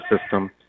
system